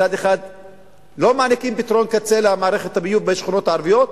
מצד אחד לא מעניקים פתרון קצה למערכת הביוב בשכונות הערביות,